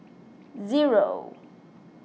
zero